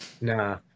Nah